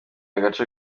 agace